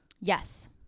Yes